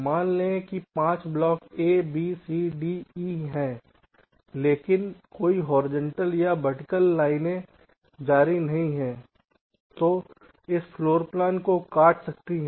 मान लें कि 5 block A B C D E हैं लेकिन कोई होरिजेंटल या वर्टिकल लाइनें जारी नहीं हैं जो इस फ्लोरप्लान को काट सकती हैं